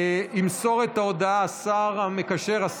ימסור את ההודעה השר המקשר,